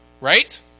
right